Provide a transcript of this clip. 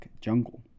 jungle